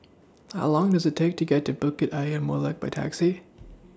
How Long Does IT Take to get to Bukit Ayer Molek By Taxi